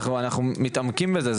אנחנו מתעמקים בזה,